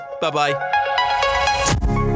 Bye-bye